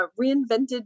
reinvented